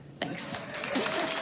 Thanks